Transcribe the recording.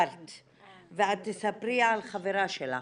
ואת תספרי על חברה שלך.